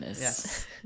Yes